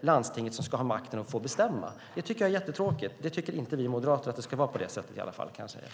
landstinget ska ha makten och få bestämma. Det tycker jag är jättetråkigt. Vi moderater tycker inte att det ska vara på det sättet i alla fall, kan jag säga.